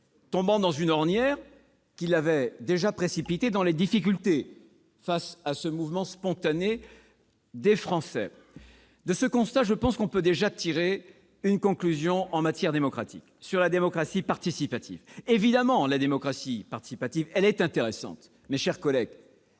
tombant ainsi dans une ornière qui l'avait déjà précipité dans les difficultés face à ce mouvement spontané des Français. De ce constat, je pense que l'on peut déjà tirer une conclusion en matière démocratique. La démocratie participative est évidemment intéressante, mes chers collègues.